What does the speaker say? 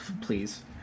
Please